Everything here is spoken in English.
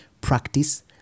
practice